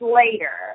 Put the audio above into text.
later